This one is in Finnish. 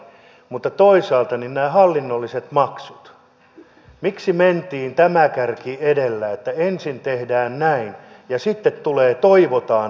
mutta toisaalta nämä hallinnolliset maksut miksi mentiin tämä kärki edellä että ensin tehdään näin ja sitten tulee toivotaan toivotaan lista